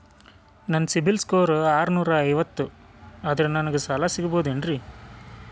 ನನ್ನ ಸಿಬಿಲ್ ಸ್ಕೋರ್ ಆರನೂರ ಐವತ್ತು ಅದರೇ ನನಗೆ ಸಾಲ ಸಿಗಬಹುದೇನ್ರಿ?